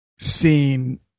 Seen